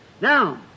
Now